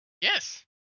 Yes